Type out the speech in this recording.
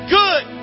good